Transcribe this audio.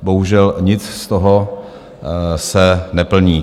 Bohužel nic z toho se neplní.